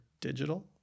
digital